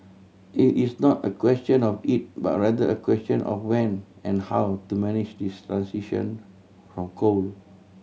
it is not a question of if but rather a question of when and how to manage the transition from coal